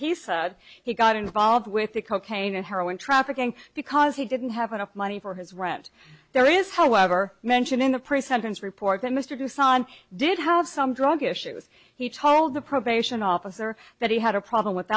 he said he got involved with the cocaine and heroin trafficking because he didn't have enough money for his rent there is however mention in the pre sentence report that mr tucson did have some drug issues he told the probation officer that he had a problem with